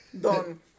Don